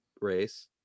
race